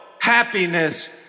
happiness